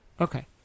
Okay